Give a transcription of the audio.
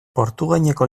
portugaineko